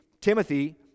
Timothy